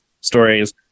stories